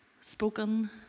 spoken